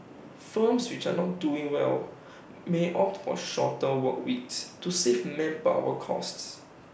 firms which are not doing well may opt for shorter work weeks to save manpower costs